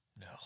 No